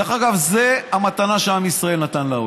דרך אגב, זו המתנה שעם ישראל נתן לעולם.